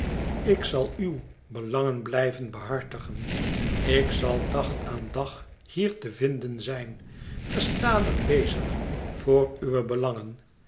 ik zal uwe belangen blijven behartigen ik zal dag aan dag hier te vinden zijn gestadig bezig voor uwe belangen